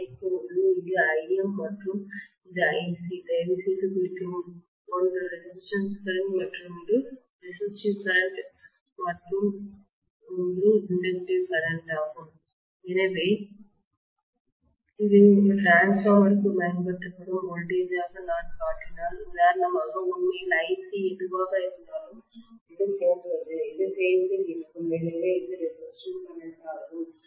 எனவே இப்போது இது Im மற்றும் இது Ic தயவுசெய்து குறிக்கவும் ஒன்று ரெசிஸ்டிவ் கரண்ட் மற்றும் ஒன்று இண்டக்டிவ் கரண்ட் ஆகும் எனவே இதை ஒரு ட்ரான்ஸ்ஃபார்மருக்கு பயன்படுத்தப்படும் வோல்டேஜ் ஆக நான் காட்டினால் உதாரணமாக உண்மையில் Ic எதுவாக இருந்தாலும் இது போன்றது இது பேஸ்ஸில் இருக்கும் ஏனெனில் இது ரெசிஸ்டிவ் கரண்ட் ஆகும்